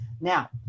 Now